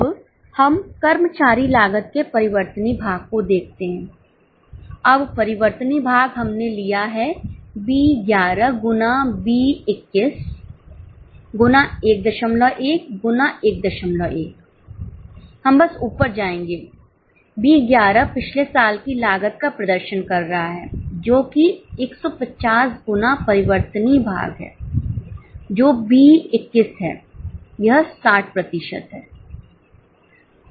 अब हम कर्मचारी लागत के परिवर्तनीय भाग को देखते हैं अब परिवर्तनीय भाग हमने लिया है बी 11 गुना बी 21 गुना 11 गुना 11 हम बस ऊपर जाएंगे बी 11 पिछले साल की लागत का प्रदर्शन कर रहा है जो कि 150 गुना परिवर्तनीय भाग है जो बी 21 है यह 60 प्रतिशत है